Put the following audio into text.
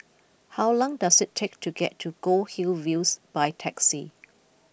how long does it take to get to Goldhill Views by taxi